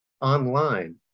online